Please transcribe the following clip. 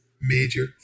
major